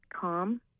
calm